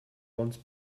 once